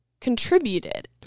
contributed